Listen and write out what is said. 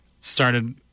started